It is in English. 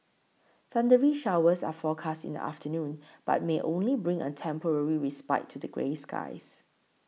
thundery showers are forecast in the afternoon but may only bring a temporary respite to the grey skies